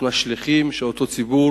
אנחנו השליחים של אותו ציבור,